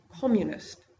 communist